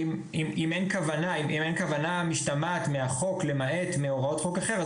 אם אין כוונה משתמעת מהחוק למעט מאורעות חוק אחר,